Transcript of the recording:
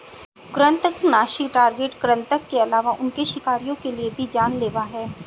कृन्तकनाशी टारगेट कृतंक के अलावा उनके शिकारियों के लिए भी जान लेवा हैं